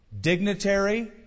Dignitary